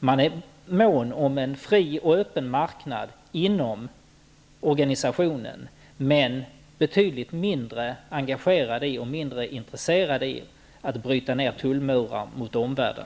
Man är mån om en fri och öppen marknad inom organisationen men betydligt mindre engagerad och intresserad när det gäller att bryta ner tullmurar mot omvärlden.